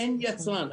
אין יצרן.